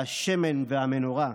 על השמן ועל המנורה,